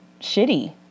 shitty